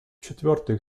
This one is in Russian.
четвертых